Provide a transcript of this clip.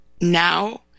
now